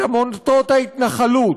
את עמותות ההתנחלות,